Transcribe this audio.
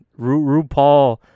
RuPaul